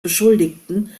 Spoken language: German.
beschuldigten